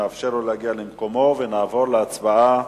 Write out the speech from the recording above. נאפשר לו להגיע למקומו ונעבור להצבעה.